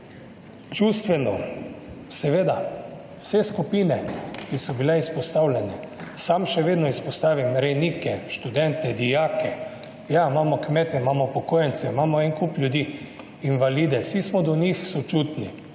čustveno, seveda, vse skupine, ki so bile izpostavljene, sam še vedno izpostavim rejnike, študente, dijake, ja, imamo kmete, imamo upokojence, imamo en kup ljudi, invalide, vsi smo do njih sočutni